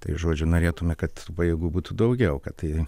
tai žodžiu norėtume kad pajėgų būtų daugiau kad tai